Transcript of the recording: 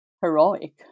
heroic